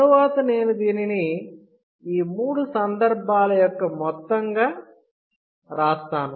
తరువాత నేను దీనిని ఈ మూడు సందర్భాల యొక్క మొత్తంగా రాస్తాను